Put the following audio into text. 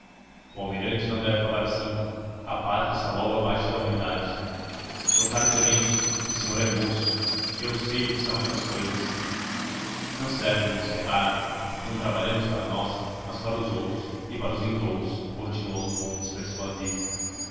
o almirante não deve falar assim a pátria está logo abaixo da humanidade meu caro tenente o senhor é moço eu sei o que são essas cousas não se deve desesperar não trabalhamos para nós mas para os outros e para os vindouros continuou fontes persuasivo